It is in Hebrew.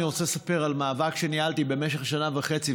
אני רוצה לספר על מאבק שניהלתי במשך שנה וחצי,